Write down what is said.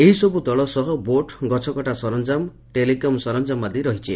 ଏହିସବୁ ଦଳ ସହ ବୋଟ୍ ଗଛକଟା ସରଞାମ ଟେଲିକମ୍ ସରଞାମ ଆଦି ରହିଛି